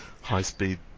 high-speed